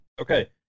Okay